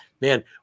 man